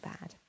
bad